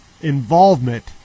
involvement